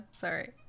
sorry